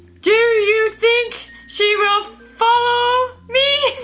do you think she will follow me?